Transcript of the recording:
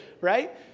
right